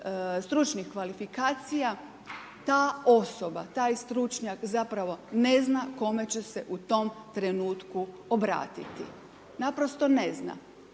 stručnih kvalifikacija ta osoba, taj stručnjak zapravo ne zna kome će se u tom trenutku obratiti, naprosto ne zna.